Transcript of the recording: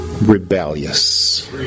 rebellious